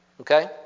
Okay